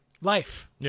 life